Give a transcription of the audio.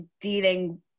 dealing